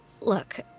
look